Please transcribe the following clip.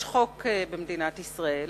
יש חוק במדינת ישראל,